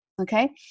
Okay